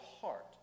heart